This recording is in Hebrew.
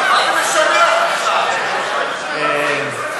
מה זה משנה לךְ בכלל?